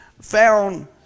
found